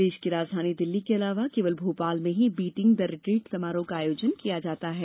देश की राजधानी दिल्ली के अलावा केवल भोपाल में ही बीटिंग द रिट्रीट समारोह का आयोजन किया जाता है